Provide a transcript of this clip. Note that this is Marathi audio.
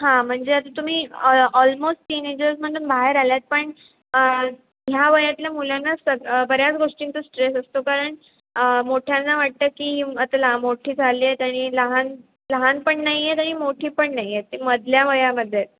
हां म्हणजे आता तुम्ही ऑ ऑलमोस्ट तीनेजर्स म्हणून बाहेर आलायत पण ह्या वयातल्या मुलांना सग बऱ्याच गोष्टींचा स्ट्रेस असतो कारण मोठ्यांना वाटतं की आता मोठी झाली आहेत आणि लहान लहान पण नाही आहेत आणि मोठी पण नाही आहेत एक मधल्या वयामध्ये आहेत